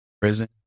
prison